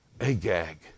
Agag